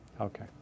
Okay